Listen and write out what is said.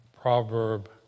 Proverb